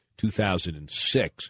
2006